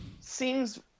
seems